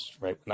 right